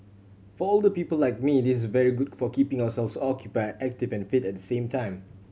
for older people like me this is very good for keeping ourselves occupied active and fit at the same time